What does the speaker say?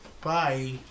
Bye